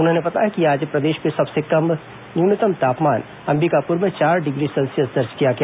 उन्होंने बताया कि आज प्रदेश में सबसे कम न्यूनतम तापमान अंबिकापुर में चार डिग्री सेल्सियस दर्ज किया गया